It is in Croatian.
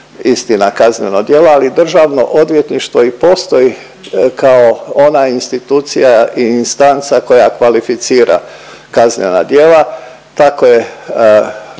istina kazneno djelo, ali državno odvjetništvo i postoji kao ona institucija i instanca koja kvalificira kaznena djela.